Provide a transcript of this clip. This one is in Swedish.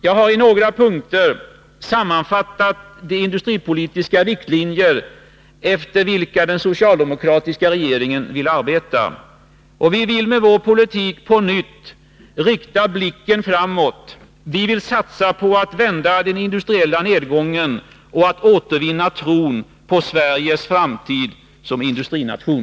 Jag har i några punkter sammanfattat de industripolitiska riktlinjer efter vilka den socialdemokratiska regeringen vill arbeta. Vi vill med vår politik på nytt rikta blicken framåt. Vi vill satsa på att vända den industriella nedgången och att återvinna tron på Sveriges framtid som industrination.